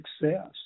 success